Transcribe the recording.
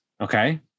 Okay